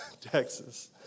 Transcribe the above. Texas